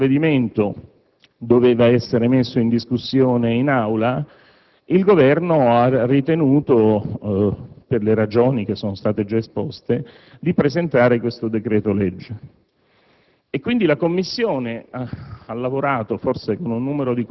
Una seconda *impasse* l'ha subita adesso perché, mentre il provvedimento doveva essere messo in discussione in Aula, il Governo ha ritenuto, per le ragioni che sono già state esposte, di presentare questo decreto-legge.